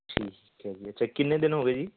ਠੀਕ ਹੈ ਜੀ ਅਤੇ ਕਿੰਨੇ ਦਿਨ ਹੋਗੇ ਜੀ